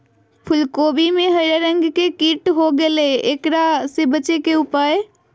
फूल कोबी में हरा रंग के कीट हो गेलै हैं, एकरा से बचे के उपाय?